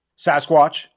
Sasquatch